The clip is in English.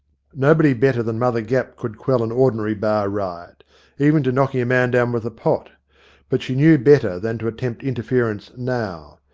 nobody better than mother gapp could quell an ordinary bar riot a even to knocking a man down with a pot but she knew better than to attempt interference now.